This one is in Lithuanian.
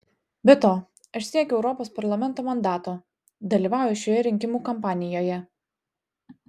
be to aš siekiu europos parlamento mandato dalyvauju šioje rinkimų kampanijoje